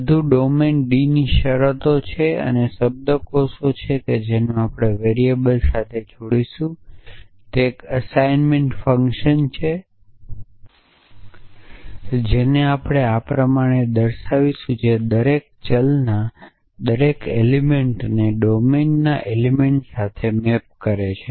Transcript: બધું ડોમેન ડીની શરતો છે અને શબ્દકોષો કે જેને આપણે વેરીએબલો સાથે જોડીશું તે એક એસાઈનમેન્ટ ફંક્શન છે જેને આપણે આ કહીશું જે દરેક ચલના દરેક એલિમેંટને ડોમિનના એલિમેંટ સાથે મેપ કરે છે